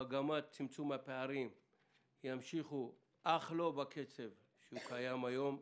מגמת צמצום הפערים ימשיכו, אך לא בקצב הקיים כיום.